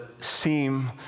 seem